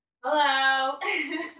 hello